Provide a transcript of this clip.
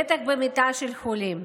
בטח במיטה של חולים.